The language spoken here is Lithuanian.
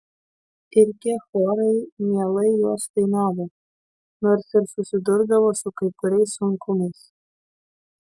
ir tie chorai mielai juos dainavo nors ir susidurdavo su kai kuriais sunkumais